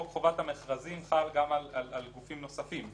חוק חובת המכרזים חל גם על גופים נוספים.